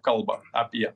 kalba apie